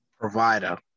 provider